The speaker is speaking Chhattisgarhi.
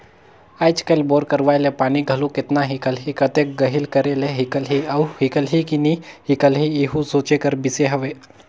आएज काएल बोर करवाए ले पानी घलो केतना हिकलही, कतेक गहिल करे ले हिकलही अउ हिकलही कि नी हिकलही एहू सोचे कर बिसे हवे